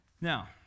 Now